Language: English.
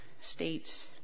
states